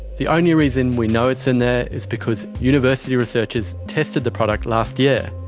the only reason we know it's in there is because university researchers tested the product last year.